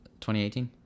2018